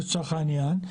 לצורך העניין,